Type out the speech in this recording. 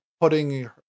putting